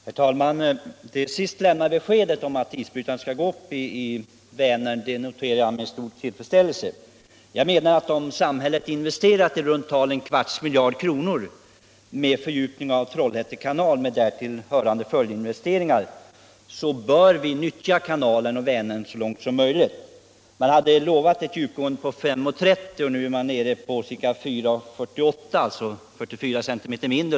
Herr talman! Det sist lämnade beskedet, att isbrytarna skall gå upp i Vänern, noterar jag med stor tillfredsställelse. Om samhället har investerat i runt tal en kvarts miljard kronor för fördjupning av Trollhätte kanal med därtill hörande följdinvesteringar bör vi nyttja kanalen och Vänern så långt som möjligt. Man hade lovat ett djupgående på 5,30 m. Nu är man nere på ca 4,48, alltså avsevärt mindre.